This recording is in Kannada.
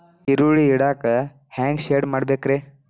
ಈರುಳ್ಳಿ ಇಡಾಕ ಹ್ಯಾಂಗ ಶೆಡ್ ಮಾಡಬೇಕ್ರೇ?